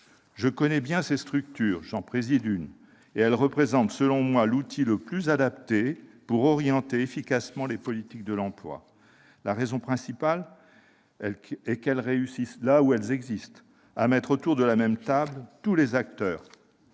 je connais bien ces structures, qui représentent, selon moi, l'outil le plus adapté pour orienter efficacement les politiques de l'emploi. La raison principale est qu'elles réussissent, là où elles existent, à mettre autour de la même table tous les acteurs